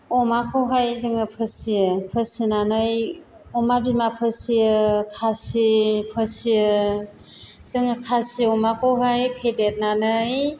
अमाखौहाय जोङो फिसियो फिसिनानै अमा बिमा फिसियो खासि फिसियो जोङो खासि अमाखौहाय फेदेरनानै